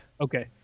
Okay